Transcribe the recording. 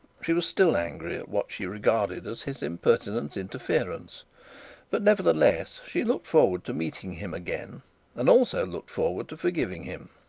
she was still angry at what she regarded as his impertinent interference but nevertheless she looked forward to meeting him again and also looked forward to forgiving him.